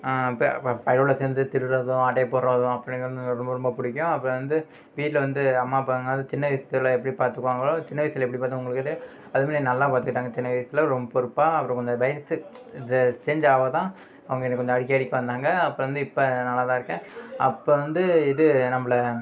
பயலோட சேர்ந்து திருட்றதும் ஆட்டையை போட்றதும் அப்படி இருக்காது ரொம்ப ரொம்ப பிடிக்கும் அப்புறம் வந்து வீட்டில் வந்து அம்மா அப்பா சின்ன வயசில் எப்படி பார்த்துக்குவாங்களோ சின்ன வயசில் எப்படி பார்த்துப்பாங்க அது மாரி நல்லா பார்த்துக்ட்டாங்க சின்ன வயசில் ரொம்ப பொறுப்பாக அப்புறம் கொஞ்சம் வயசு இந்த சேஞ் ஆவதான் அவங்க என்ன கொஞ்சம் அடிக்க அடிக்க வந்தாங்க அப்புறம் வந்து இப்போ நல்லாதான் இருக்கேன் அப்போ வந்து இது நம்பளை